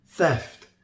Theft